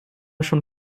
schon